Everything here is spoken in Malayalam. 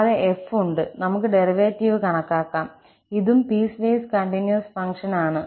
കൂടാതെ 𝑓 ′ ഉണ്ട് നമുക്ക് ഡെറിവേറ്റീവ് കണക്കാക്കാം ഇതും പീസ്വേസ് കണ്ടിന്യൂസ് ഫംഗ്ഷൻ ആണ്